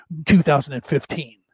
2015